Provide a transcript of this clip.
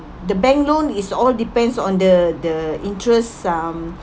the bank loan is all depends on the the interest um